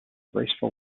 graceful